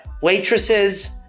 waitresses